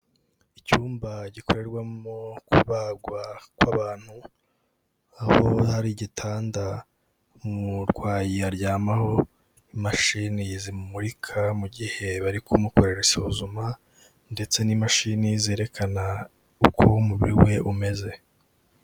Icyumba gikorerwamo kubagwa kw'abantu aho hari igitanda umurwayi aryamaho, imashini zimumurika mu gihe bari kumukorera isuzuma ndetse n'imashini zerekana uko umubiri we umeze.